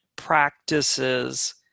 practices